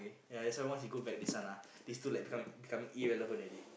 ya that's why once he go back to this one ah these two like become becoming irrelevant already